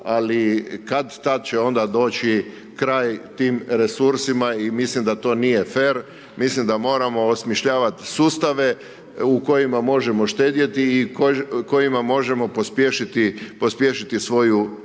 ali kad-tad će onda doći kraj tim resursima i mislim da to nije fer, mislim da moramo osmišljavati sustave u kojima možemo štedjeti i kojima možemo pospješiti svoju mirovinu.